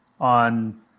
on